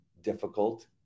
difficult